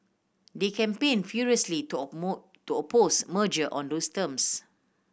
they campaigned furiously to to oppose merger on those terms